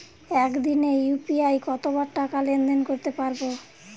একদিনে ইউ.পি.আই কতবার টাকা লেনদেন করতে পারব?